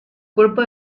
cuerpo